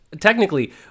technically